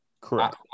Correct